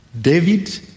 David